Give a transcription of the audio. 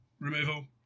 removal